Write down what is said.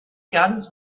guns